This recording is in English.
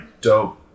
dope